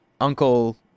uncle